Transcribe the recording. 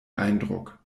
eindruck